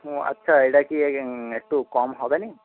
ও আচ্ছা এটা কি এই একটু কম হবেনা